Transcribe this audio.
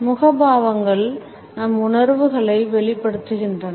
முகபாவங்கள் நம் உணர்வுகளை வெளிப்படுத்துகின்றன